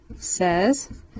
Says